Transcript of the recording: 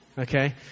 Okay